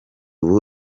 ubu